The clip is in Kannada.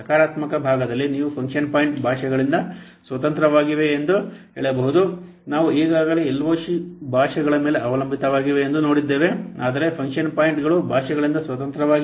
ಸಕಾರಾತ್ಮಕ ಭಾಗದಲ್ಲಿ ನೀವು ಫಂಕ್ಷನ್ ಪಾಯಿಂಟ್ ಭಾಷೆಗಳಿಂದ ಸ್ವತಂತ್ರವಾಗಿವೆ ಎಂದು ಹೇಳಬಹುದು ನಾವು ಈಗಾಗಲೇ LOC ಭಾಷೆಗಳ ಮೇಲೆ ಅವಲಂಬಿತವಾಗಿದೆ ಎಂದು ನೋಡಿದ್ದೇವೆ ಆದರೆ ಫಂಕ್ಷನ್ ಪಾಯಿಂಟ್ಗಳು ಭಾಷೆಗಳಿಂದ ಸ್ವತಂತ್ರವಾಗಿವೆ